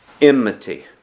enmity